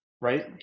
right